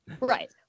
Right